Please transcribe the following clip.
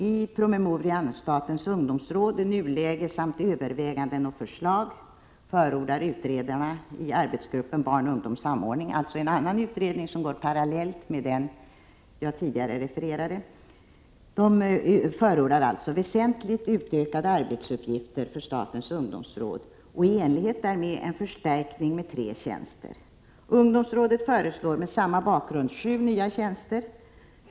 I promemorian ”Statens ungdomsråd — nuläge samt överväganden och förslag” förordar utredarna i arbetsgruppen Barn — Ungdom — Samordning, alltså en annan utredning, som går parallellt med den jag tidigare refererade, väsentligt utökade arbetsuppgifter för statens ungdomsråd och i enlighet därmed en förstärkning med tre tjänster. Ungdomsrådet föreslår mot samma bakgrund sju nya tjänster.